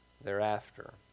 thereafter